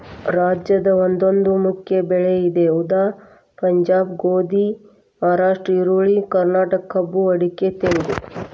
ರಾಜ್ಯದ ಒಂದೊಂದು ಮುಖ್ಯ ಬೆಳೆ ಇದೆ ಉದಾ ಪಂಜಾಬ್ ಗೋಧಿ, ಮಹಾರಾಷ್ಟ್ರ ಈರುಳ್ಳಿ, ಕರ್ನಾಟಕ ಕಬ್ಬು ಅಡಿಕೆ ತೆಂಗು